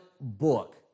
book